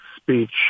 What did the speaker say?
speech